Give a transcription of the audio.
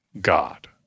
God